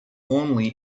only